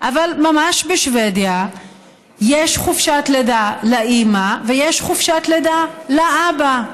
אבל ממש בשבדיה יש חופשת לידה לאימא ויש חופשת לידה לאבא.